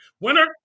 winner